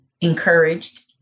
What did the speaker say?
encouraged